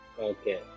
Okay